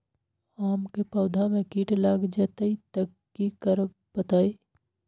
आम क पौधा म कीट लग जई त की करब बताई?